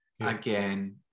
again